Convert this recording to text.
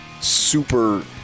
super